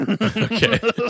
Okay